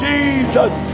Jesus